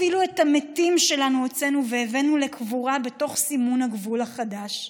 אפילו את המתים שלנו הוצאנו והבאנו לקבורה בתוך סימון הגבול החדש.